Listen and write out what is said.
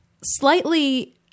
slightly